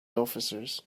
officers